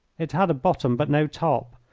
it had a bottom but no top,